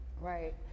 Right